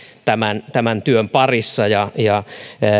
tämän tämän työn parissa ja ja